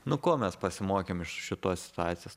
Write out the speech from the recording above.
nu ko mes pasimokėm iš šitos situacijos